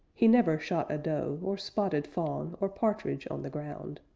he never shot a doe, or spotted fawn, or partridge on the ground.